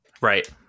Right